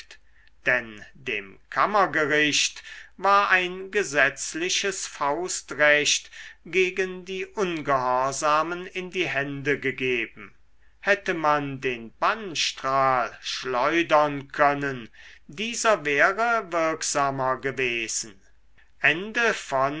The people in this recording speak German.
denn dem kammergericht war ein gesetzliches faustrecht gegen die ungehorsamen in die hände gegeben hätte man den bannstrahl schleudern können dieser wäre wirksamer gewesen